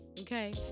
okay